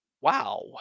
wow